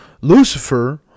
Lucifer